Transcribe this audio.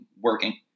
working